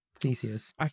Theseus